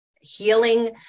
healing